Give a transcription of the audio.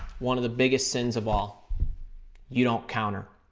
one of the biggest things of all you don't counter.